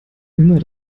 immer